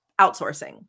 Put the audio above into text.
outsourcing